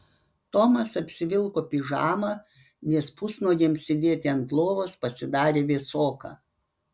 tomas apsivilko pižamą nes pusnuogiam sėdėti ant lovos pasidarė vėsoka